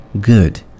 good